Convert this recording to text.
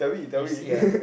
you see ah